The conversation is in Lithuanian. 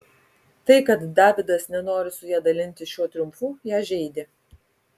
tai kad davidas nenori su ja dalintis šiuo triumfu ją žeidė